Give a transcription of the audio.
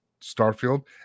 Starfield